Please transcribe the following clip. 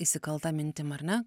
įsikalta mintim ar ne